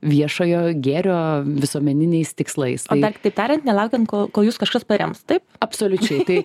viešojo gėrio visuomeniniais tikslais o dar kitaip tariant nelaukiant kol kol jus kažkas parems taip absoliučiai tai